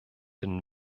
den